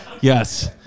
yes